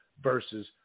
versus